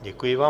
Děkuji vám.